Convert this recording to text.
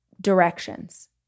directions